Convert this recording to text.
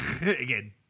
again